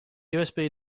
usb